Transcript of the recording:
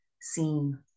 seen